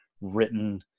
written